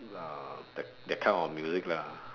uh that that kind of music lah